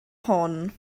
hwn